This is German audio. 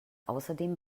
außerdem